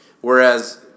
Whereas